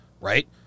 right